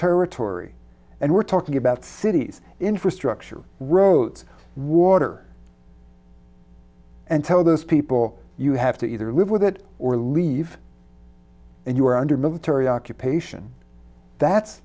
territory and we're talking about cities infrastructure roads water and tell those people you have to either live with it or leave and you are under military occupation that's